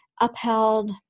upheld